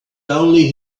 only